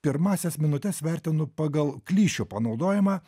pirmąsias minutes vertinu pagal klišių panaudojimą